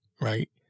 right